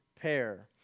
pair